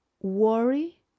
Worry